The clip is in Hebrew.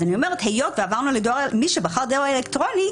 אני אומרת שמי שבחר דואר אלקטרוני,